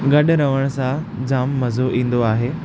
गॾु रहण सां जामु मज़ो ईंदो आहे